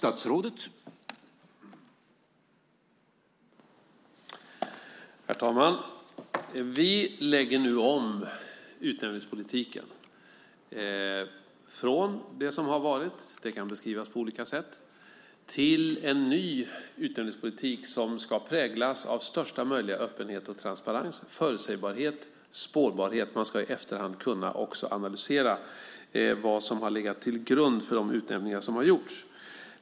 Herr talman! Vi lägger nu om utnämningspolitiken från det som har varit - det kan beskrivas på olika sätt - till en ny utnämningspolitik som präglas av största möjliga öppenhet och transparens, förutsägbarhet och spårbarhet. Man ska i efterhand kunna analysera vad som har legat till grund för de utnämningar som har gjorts.